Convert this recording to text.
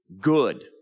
good